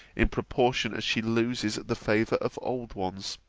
in proportion as she loses the favour of old ones.